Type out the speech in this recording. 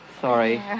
Sorry